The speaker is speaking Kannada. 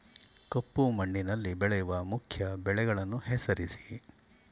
ಕಪ್ಪು ಮಣ್ಣಿನಲ್ಲಿ ಬೆಳೆಯುವ ಮುಖ್ಯ ಬೆಳೆಗಳನ್ನು ಹೆಸರಿಸಿ